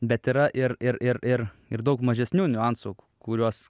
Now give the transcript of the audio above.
bet yra ir ir ir ir ir daug mažesnių niuansų kuriuos